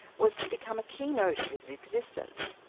was to become a keynote of his existence.